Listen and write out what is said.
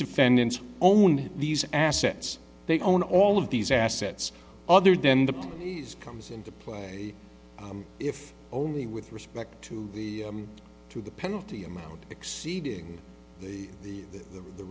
defendant's own these assets they own all of these assets other than the knees comes into play if only with respect to the to the penalty amount of exceeding the the the